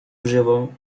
grzywą